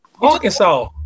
Arkansas